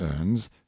earns